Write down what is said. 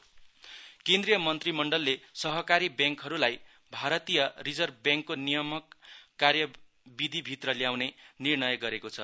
cabinet bank केन्द्रिय मन्त्रीमण्डलले सहकारी ब्याङ्कहरूलाई भारतीय रिजर्व ब्याङ्कको नियामक कार्यविधि भित्र ल्याउने निर्णय गरेको छ